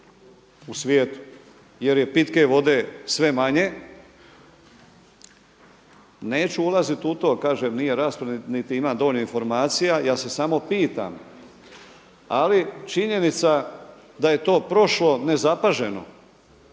u svijetu, jer je pitke vode sve manje. Neću ulazit u to, kažem nije rasprava, niti imam dovoljno informacija. Ja se samo pitam, ali činjenica je da je to prošlo nezapaženo